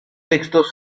textos